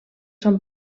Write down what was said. són